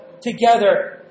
together